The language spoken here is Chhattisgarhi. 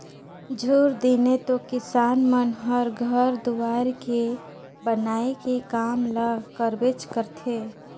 झूर दिने तो किसान मन हर घर दुवार के बनाए के काम ल करबेच करथे